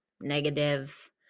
negative